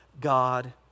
God